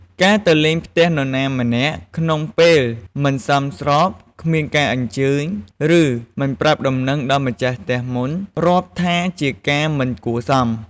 ការទៅលេងផ្ទះនរណាម្នាក់ក្នុងពេលមិនសមស្រប គ្មានការអញ្ជើញ ឬ មិនប្រាប់ដំណឹងដល់ម្ចាស់ផ្ទះមុន រាប់ថាជាការមិនគួរសម។